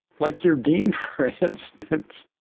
like your dean, for instance.